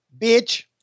bitch